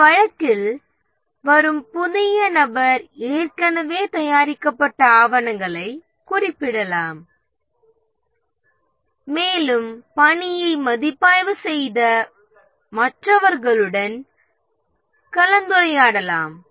இந்த வழக்கில் வரும் புதிய நபர் ஏற்கனவே தயாரிக்கப்பட்ட ஆவணங்களைக் குறிப்பிடலாம் மேலும் பணியை மதிப்பாய்வு செய்த மற்றவர்களுடன் கலந்துரையாடலாம்